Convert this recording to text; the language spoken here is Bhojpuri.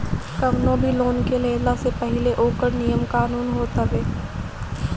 कवनो भी लोन के लेहला से पहिले ओकर नियम कानून होत हवे